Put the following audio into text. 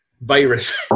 virus